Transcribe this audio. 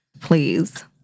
please